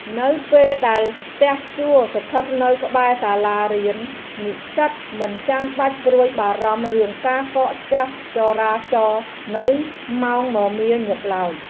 នៅពេលដែលផ្ទះជួលស្ថិតនៅក្បែរសាលារៀន និស្សិតមិនចាំបាច់ព្រួយបារម្ភរឿងការកកស្ទះចរាចរណ៍នៅម៉ោងមមាញឹកឡើយ។